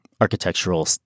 architectural